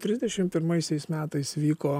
trisdešim pirmaisiais metais vyko